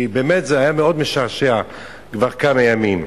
כי באמת זה היה מאוד משעשע כבר כמה ימים.